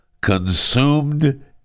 consumed